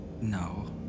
No